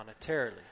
monetarily